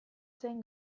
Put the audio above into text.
zen